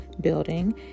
building